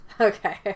Okay